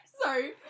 Sorry